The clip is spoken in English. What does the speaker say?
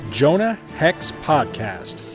jonahhexpodcast